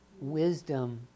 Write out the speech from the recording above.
wisdom